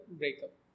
breakup